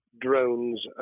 drones